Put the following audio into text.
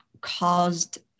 caused